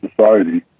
society